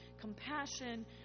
compassion